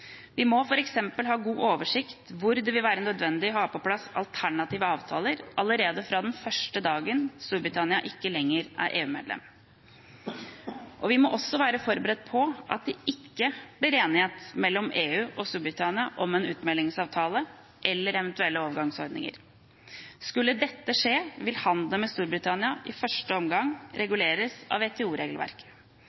Vi må f.eks. ha god oversikt over hvor det vil være nødvendig å ha på plass alternative avtaler allerede fra den første dagen Storbritannia ikke lenger er EU-medlem. Vi må også være forberedt på at det ikke blir enighet mellom EU og Storbritannia om en utmeldingsavtale eller eventuelle overgangsordninger. Skulle dette skje, vil handelen med Storbritannia i første omgang